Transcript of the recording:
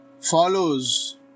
follows